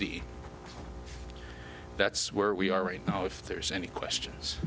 d that's where we are right now if there's any questions